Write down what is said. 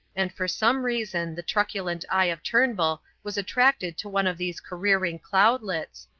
and for some reason the truculent eye of turnbull was attracted to one of these careering cloudlets,